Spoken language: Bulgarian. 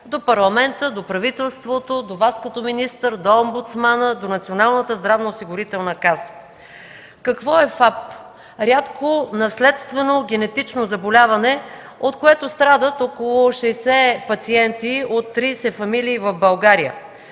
до Парламента, до правителството, до Вас като министър, до Омбудсмана, до Националната здравноосигурителна каса. Какво е ФАП? Рядко наследствено генетично заболяване, от което страдат около 60 пациенти от 30 фамилии в България.